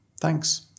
Thanks